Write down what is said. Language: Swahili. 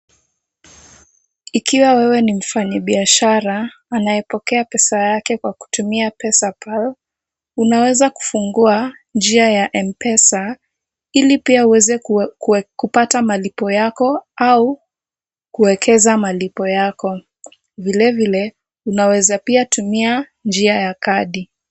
Ikiwa wewe ni mfanyibiashara anayepokea pesa yake kwa kutumia Pesa pal, unaweza kufungua njia ya M-Pesa ili pia uweze kupata malipo yako au kuwekeza malipo yako. Vilevile unaweza pia tumia njia ya kadi.